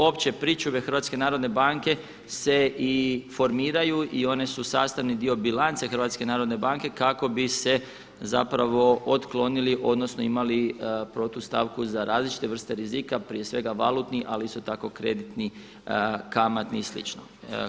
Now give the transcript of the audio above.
opće pričuve HNB-a se i formiraju i one su sastavni dio bilance HNB-a kako bi se zapravo otklonili odnosno imali protustavku za različite vrste rizika, prije svega valutni ali isto tako kreditni, kamatni i slično.